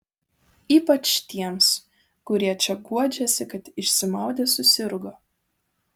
ypač tiems kurie čia guodžiasi kad išsimaudę susirgo